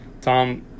Tom